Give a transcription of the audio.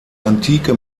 antike